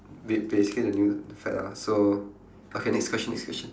ba~ basically the new fad lah so okay next question next question